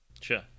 Sure